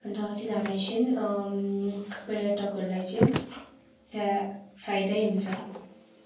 अन्त तिनीहरूलाई चाहिँ पर्यटकहरूलाई चाहिँ त्यहाँ फाइदै हुन्छ